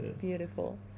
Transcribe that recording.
Beautiful